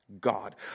God